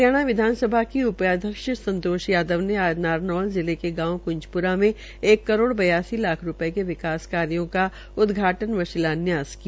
हरियाणा विधानसभा की उ ाध्यक्ष संतोश यादव ने आज नारनौल जिले के गांव कंज रा में एक करोड़ बयासी लाख रू ये के विकास कार्यो का उदघाटन व शिलान्यास किया